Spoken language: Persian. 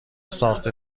ساخته